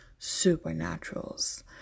supernaturals